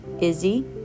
Izzy